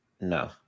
No